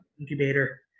incubator